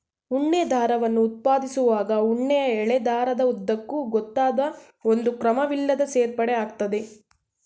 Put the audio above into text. ಉಣ್ಣೆ ದಾರವನ್ನು ಉತ್ಪಾದಿಸುವಾಗ ಉಣ್ಣೆಯ ಎಳೆ ದಾರದ ಉದ್ದಕ್ಕೂ ಗೊತ್ತಾದ ಒಂದು ಕ್ರಮವಿಲ್ಲದೇ ಸೇರ್ಪಡೆ ಆಗ್ತದೆ